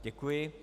Děkuji.